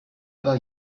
pas